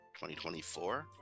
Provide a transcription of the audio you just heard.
2024